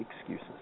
excuses